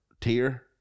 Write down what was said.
tier